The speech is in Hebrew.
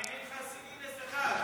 אני אגיד לך שיא גינס אחד,